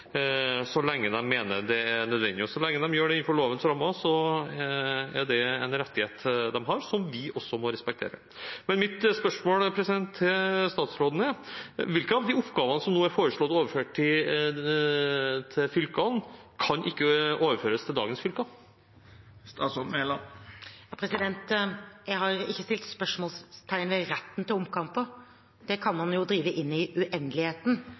nødvendig. Og så lenge de gjør det innenfor lovens rammer, er det en rettighet de har, som vi også må respektere. Men mitt spørsmål til statsråden er: Hvilke av de oppgavene som nå er foreslått overført til fylkene, kan ikke overføres til dagens fylker? Jeg har ikke stilt spørsmål ved retten til omkamper. Det kan man jo bedrive inn i uendeligheten